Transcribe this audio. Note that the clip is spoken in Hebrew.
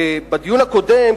בדיון הקודם,